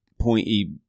pointy